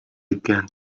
began